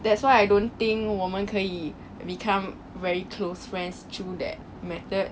that's why I don't think 我们可以 become very close friends through that method